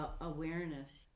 awareness